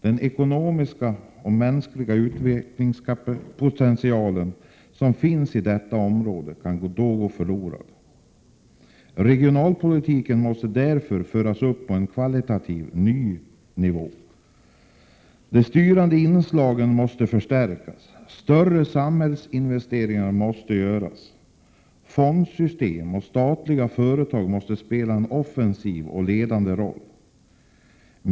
Den ekonomiska och mänskliga utvecklingspotential som finns i dessa områden kan då gå förlorad. Regionalpolitiken måste därför föras upp på en kvalitativt ny nivå. De styrande inslagen måste förstärkas. Större samhällsinvesteringar måste göras. Fondsystem och statliga företag måste spela en offensiv och ledande roll.